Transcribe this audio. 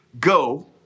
go